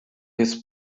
his